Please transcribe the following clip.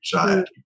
anxiety